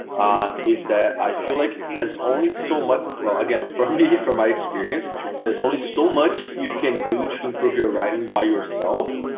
ah is that i feel like that's only so much well again for me from my experience there's only so much you can do to improve your writing by yourself.